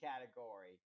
category